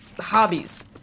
hobbies